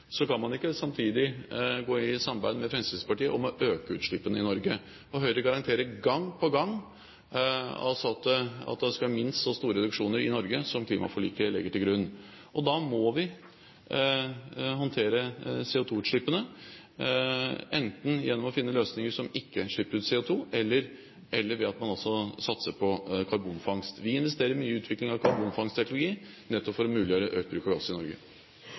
kan man ikke samtidig gå i samarbeid med Fremskrittspartiet om å øke utslippene i Norge. Høyre garanterer gang på gang at det skal være minst så store reduksjoner i Norge som klimaforliket legger til grunn. Da må vi håndtere CO2-utlippene enten gjennom å finne løsninger som ikke slipper ut CO2, eller ved at man satser på karbonfangst. Vi investerer mye i utviklingen av karbonfangstteknologi nettopp for å muliggjøre økt bruk av gass i Norge.